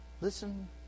listen